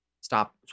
Stop